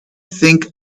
think